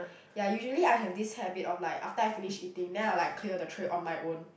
ya usually I have this habit of like after I finish eating then I will like clear the tray on my own